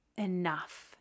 enough